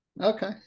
Okay